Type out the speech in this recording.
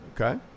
Okay